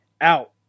out